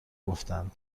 گفتند